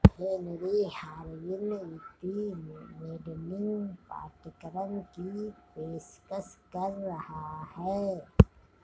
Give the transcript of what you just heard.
Henry Harvin वित्तीय modelling पाठ्यक्रम की पेशकश कर रहा हैं